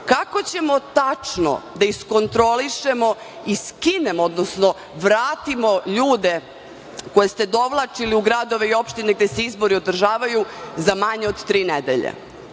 kako ćemo tačno da iskontrolišemo i skinemo, odnosno vratimo ljude koje ste dovlačili u gradove i opštine gde se izbori održavaju za manje od tri nedelje?